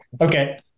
Okay